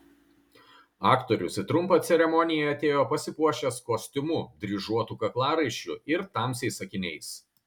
aktorius į trumpą ceremoniją atėjo pasipuošęs kostiumu dryžuotu kaklaraiščiu ir tamsiais akiniais